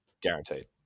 guaranteed